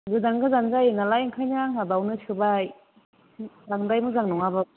गोजान गोजान जायो नालाय ओंखायनो आंहा बावनो सोबाय बांद्राय मोजां नङाब्लाबो